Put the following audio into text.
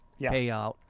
payout